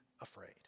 afraid